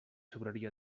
sobraria